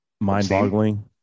mind-boggling